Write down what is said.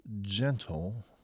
gentle